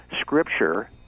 Scripture